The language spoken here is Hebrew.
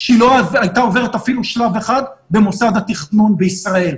שלא הייתה עוברת אפילו שלב אחד במוסד התכנון בישראל,